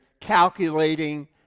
calculating